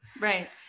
Right